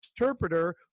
interpreter